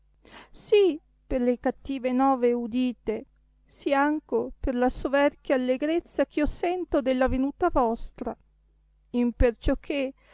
sì per le cattive nove udite sì anco per la soverchia allegrezza eh io sento della venuta vostra imperciò che